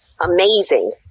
amazing